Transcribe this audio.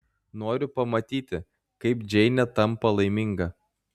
noriu pamatyti kaip džeinė tampa laiminga